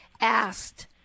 asked